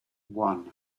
one